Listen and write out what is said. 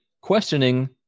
questioning